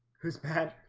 who's bad